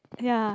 ya